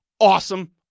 awesome